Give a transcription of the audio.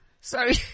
Sorry